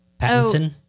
Pattinson